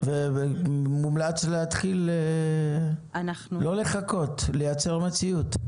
ומומלץ להתחיל ולא לחכות, לייצר מציאות.